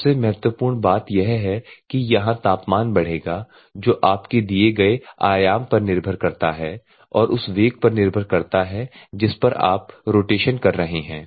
सबसे महत्वपूर्ण बात यह है कि यहाँ तापमान बढ़ेगा जो आपके दिए गए आयाम पर निर्भर करता है और उस वेग पर निर्भर करता है जिस पर आप रोटेशन कर रहे हैं